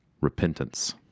repentance